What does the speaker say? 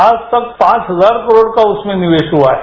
आज तक पांच हजार करोड़ का उसमें निवेश हुआ है